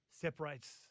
separates